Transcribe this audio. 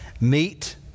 Meet